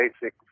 basic